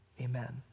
amen